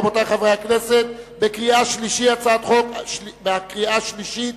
רבותי חברי הכנסת, בקריאה שלישית,